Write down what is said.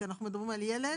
כשאנחנו מדברים על ילד,